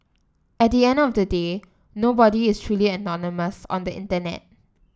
at the end of the day nobody is truly anonymous on the internet